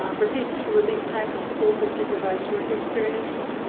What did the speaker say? um procedures for release time from school for supervised work experience.